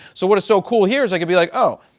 so, what is so cool here is i could be like, oh,